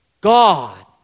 God